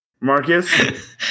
Marcus